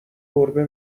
گربه